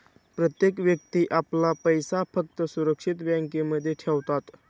प्रत्येक व्यक्ती आपला पैसा फक्त सुरक्षित बँकांमध्ये ठेवतात